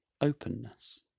openness